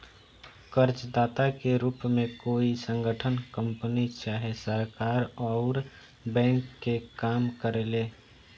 कर्जदाता के रूप में कोई संगठन, कंपनी चाहे सरकार अउर बैंक के काम करेले